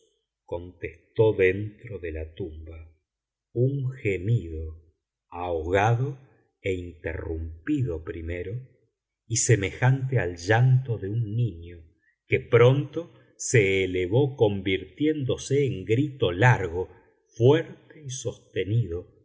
contestó dentro de la tumba un gemido ahogado e interrumpido primero y semejante al llanto de un niño que pronto se elevó convirtiéndose en grito largo fuerte y sostenido